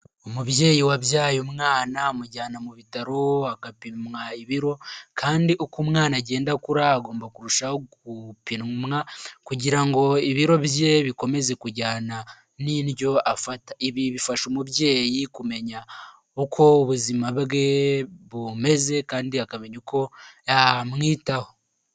Umubyeyi wabyaye umwana amujyana mu bitaro agapimwa ibiro kandi uko umwana agenda akura agomba kurushaho gupimwa kugira ngo ibiro bye bikomeze kujyana n'indyo afata, ibi bifasha umubyeyi kumenya uko ubuzima bwe bumeze kandi akamenya uko yamwitaho.